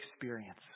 experience